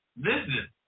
Listen